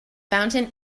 fountain